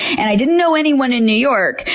and i didn't know anyone in new york,